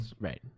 Right